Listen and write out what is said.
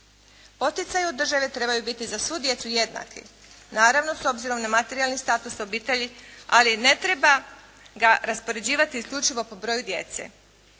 Poticaji od države trebaju biti za svu djecu jednaki, naravno s obzirom na materijalni status obitelji, ali ne treba ga raspoređivati isključivo po broju djece.